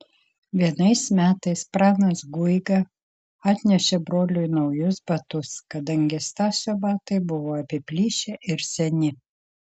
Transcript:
vienais metais pranas guiga atnešė broliui naujus batus kadangi stasio batai buvo apiplyšę ir seni